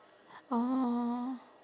orh